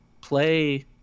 play